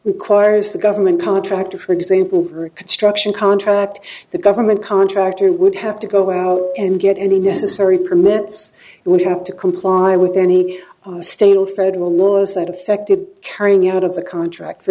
requires a government contractor for example for a construction contract the government contractor would have to go out and get any necessary permits it would have to comply with any of the stale federal laws that affected carrying out of the contract for